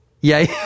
Yay